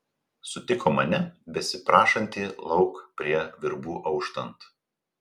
sutiko mane besiprašantį lauk prie virbų auštant